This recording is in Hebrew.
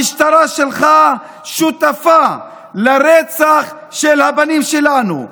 המשטרה שלך שותפה לרצח של הבנים שלנו.